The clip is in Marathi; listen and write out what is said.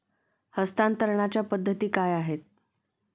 हस्तांतरणाच्या पद्धती काय आहेत?